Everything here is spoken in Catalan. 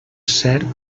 cert